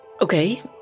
Okay